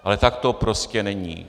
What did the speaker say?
Ale tak to prostě není.